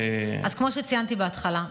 אז כמו שציינתי בהתחלה,